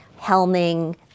helming